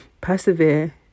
persevere